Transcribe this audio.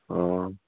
अह